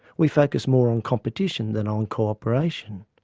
we focus more on competition than on co-operation.